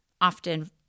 often